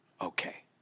okay